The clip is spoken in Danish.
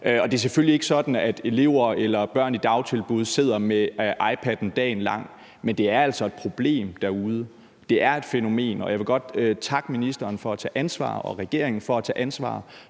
Det er selvfølgelig ikke sådan, at elever eller børn i dagtilbud sidder med iPadden dagen lang. Men det er altså et problem derude; det er et fænomen. Jeg vil godt takke ministeren og regeringen for at tage ansvar.